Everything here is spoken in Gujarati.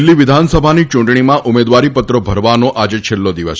દિલ્હી વિધાનસભાની ચૂંટણીમાં ઉમેદવારીપત્રો ભરવાનો આજે છેલ્લો દિવસ